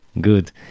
Good